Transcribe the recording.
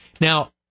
Now